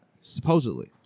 supposedly